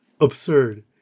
absurd